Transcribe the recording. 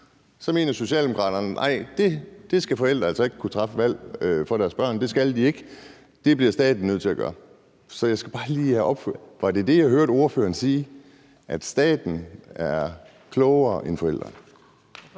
så mener Socialdemokraterne, at nej, forældrene skal ikke kunne træffe det valg for deres børn. Det skal de ikke; det bliver staten nødt til at gøre. Så jeg skal bare lige spørge: Var det det, jeg hørte ordføreren sige, altså at staten er klogere end forældrene?